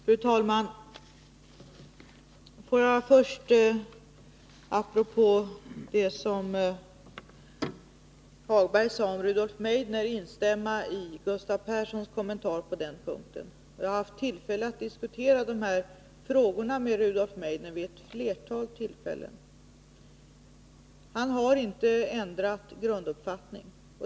Fru talman! Får jag till att börja med, apropå det som Lars-Ove Hagberg sade om Rudolf Meidner, instämma i Gustav Perssons kommentar på den punkten. Jag har haft möjlighet att diskutera de här frågorna med Rudolf Meidner vid ett flertal tillfällen. Han har inte ändrat grunduppfattning.